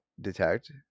detect